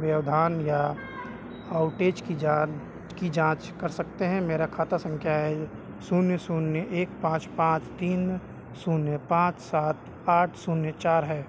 व्यवधान या औटेज की जान की जाँच कर सकते हैं मेरा खाता संख्या है शून्य शून्य एक पाँच पाँच तीन शून्य पाँच सात शून्य आठ चार है